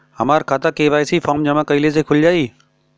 हमार खाता KYC form जमा कइले से खुल जाई?